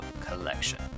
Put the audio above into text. Collection